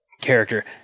character